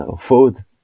Food